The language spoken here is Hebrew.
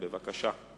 בבקשה.